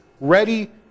ready